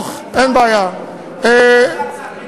הייתה מפלגה אחת שנעלמה קצת,